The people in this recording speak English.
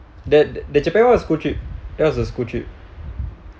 the the japan one is school trip that was a school trip